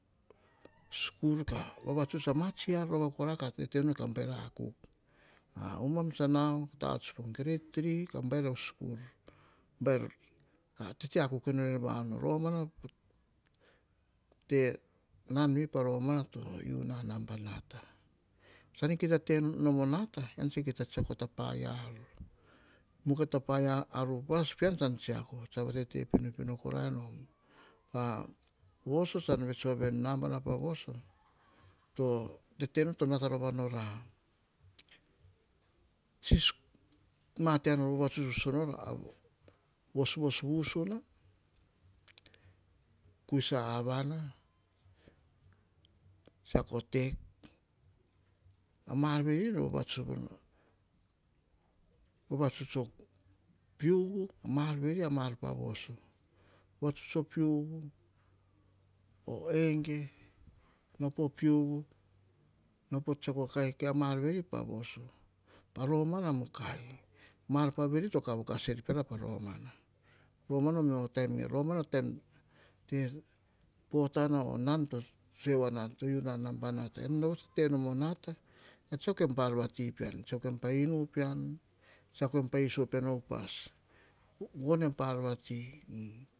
Skul ka vavatuts a ma tsioir rova kora, ka tete nor ka baer a kuk. O ubam tsa nao, tavuts po grade tiri, ka baer o skul, ka tete akuk e nor en vanu. Romana, nan vi pa romana, to u na naba nata. Kita te nom o nata, ean tsa kita tsiako ta pae ar. Mukae ta paia ar upas pean tsan tsiako, tsa va tete pinopino kora nom. Pa voso tsan vets vova veni, nabana pa voso, to tete nor to nata roia nor a, ma te ar nor vavatuts voso nor, vosvos vusuna, kius a avana tsiako tek, a ma ar veri, nor vavatuts nor. Vavatuts o piuvu, ma ar veri, ama ar pa voso. Vavatuts o piuuum, o enge, nao po piuvu, nao pa tsiako a kaiai, ma ar veri pa voso. Pa romana-romana o mio taim geve, romana taim te, pota, nom to tsue voa na veni, to u na naba nata. Ean rova kora tsa te nom o nata, ean pa tsa tsiako em pa tsi ar vati pean, tsiako em pa enu pean, tsiako em pa iso upas pean. Von em pa arr vati.